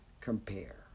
compare